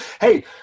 Hey